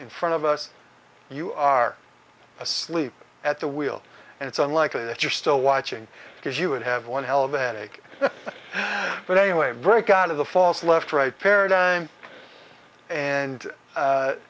in front of us you are asleep at the wheel and it's unlikely that you're still watching because you would have one hell of an attack but anyway break out of the false left right paradigm and